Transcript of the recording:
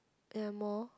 ya more